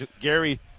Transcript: Gary